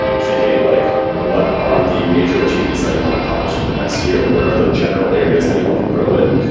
thinking like what are the major achievements that you want to accomplish in the next year? what are the general areas that you want to grow in?